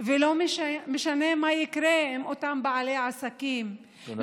ולא משנה מה יקרה עם אותם בעלי העסקים, תודה רבה.